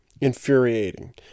infuriating